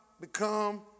become